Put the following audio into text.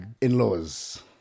in-laws